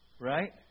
Right